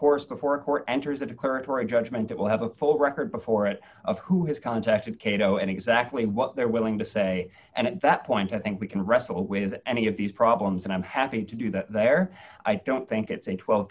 course before court enters the declaratory judgment it will have a full record before it of who has contacted kato and exactly what they're willing to say and at that point i think we can wrestle with any of these problems and i'm happy to do that there i don't think it's a twelve